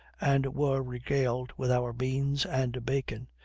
and were regaled with our beans and bacon,